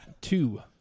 Two